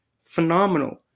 phenomenal